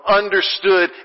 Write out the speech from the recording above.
understood